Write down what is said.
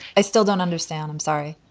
i still don't understand. i'm sorry